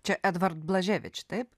čia edvard blaževič taip